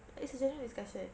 it's a general discussion